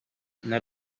nel